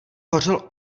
hořel